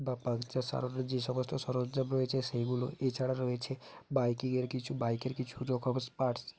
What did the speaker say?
বা পাংচার সারানোর যে সমস্ত সরঞ্জাম রয়েছে সেইগুলো এছাড়া রয়েছে বাইকিংয়ের কিছু বাইকের কিছু রকম স্ পার্টস